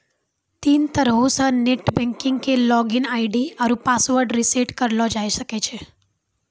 तीन तरहो से नेट बैंकिग के लागिन आई.डी आरु पासवर्ड रिसेट करलो जाय सकै छै